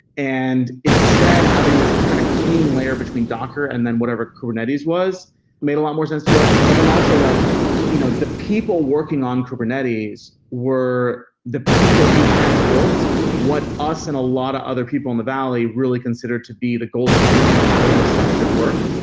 and instead having this kind of clean layer between docker and then whatever kubernetes was, it made a lot more sense to us. but then also like you know the people working on kubernetes were the people who had built what us and a lot of other people in the valley really considered to be the gold standard for how this stuff should work.